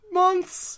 months